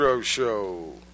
show